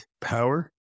power